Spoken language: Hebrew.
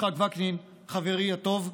יצחק וקנין, חברי הטוב,